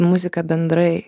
muziką bendrai